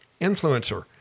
influencer